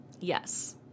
yes